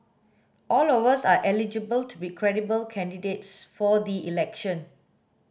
all of us are eligible to be credible candidates for the election